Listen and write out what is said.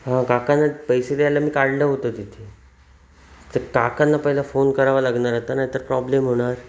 हा काकांना पैसे द्यायला मी काढलं होतं तिथे तर काकांना पहिला फोन करावा लागणार होता नाही तर प्रॉब्लेम होणार